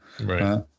Right